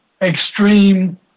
extreme